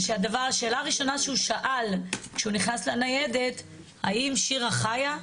זה שהשאלה הראשונה שהוא שאל כשהוא נכנס לניידת הייתה 'האם שירה חיה,